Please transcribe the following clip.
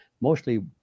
mostly